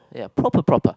ya proper proper